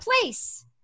place